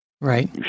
Right